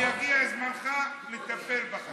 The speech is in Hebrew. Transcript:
כשיגיע זמנך, נטפל בך.